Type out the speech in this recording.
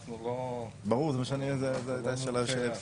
ברור, זו הייתה השאלה שלי.